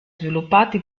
sviluppati